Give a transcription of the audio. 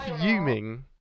fuming